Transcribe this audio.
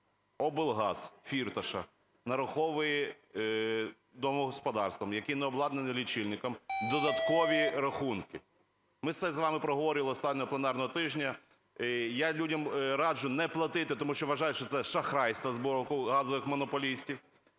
облгаз Фірташа - нараховує домогосподарствам, які не обладнані лічильником, додаткові рахунки. Ми це з вами проговорювали останнього пленарного тижня, і я людям раджу не платити, тому що вважаю, що це шахрайство з боку газових монополістів.